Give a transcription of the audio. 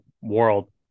world